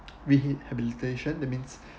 rehabilitation that means